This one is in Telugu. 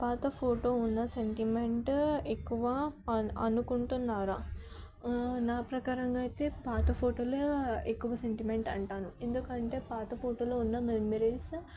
పాత ఫోటో ఉన్న సెంటిమెంటు ఎక్కువ అన్ అనుకుంటున్నారా నా ప్రకారంగా అయితే పాత ఫోటోలు ఎక్కువ సెంటిమెంట్ అంటాను ఎందుకంటే పాత ఫోటోలో ఉన్న మెమోరీస్